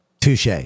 Touche